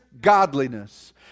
godliness